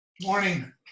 morning